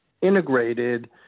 integrated